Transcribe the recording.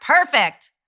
perfect